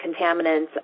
contaminants